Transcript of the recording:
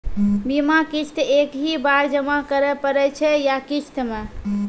बीमा किस्त एक ही बार जमा करें पड़ै छै या किस्त मे?